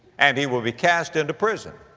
and he will be cast into prison.